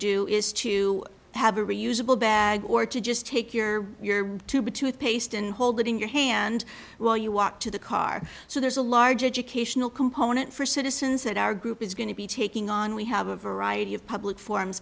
do is to have a reusable bag or to just take your your too big to paste and hold it in your hand while you walk to the car so there's a large educational component for citizens that our group is going to be taking on we have a variety of public forum